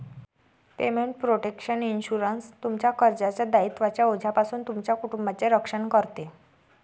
payment protection insurance, तुमच्या कर्जाच्या दायित्वांच्या ओझ्यापासून तुमच्या कुटुंबाचे रक्षण करते